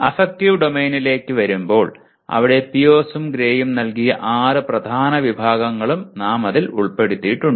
affective ഡൊമെയ്നിലേക്ക് വരുമ്പോൾ അവിടെ പിയേഴ്സും ഗ്രേയും നൽകിയ ആറ് പ്രധാന വിഭാഗങ്ങളും നാം അതിൽ ഉൾപ്പെടുത്തിയിട്ടുണ്ട്